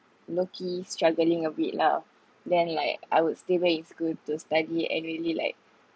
low key struggling a bit lah then like I would stay back in school to study and really like